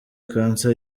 cancer